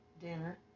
dinner